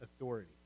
authority